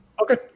Okay